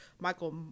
Michael